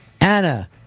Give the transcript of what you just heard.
Anna